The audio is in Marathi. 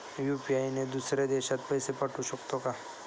यु.पी.आय ने दुसऱ्या देशात पैसे पाठवू शकतो का?